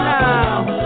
now